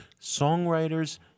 songwriters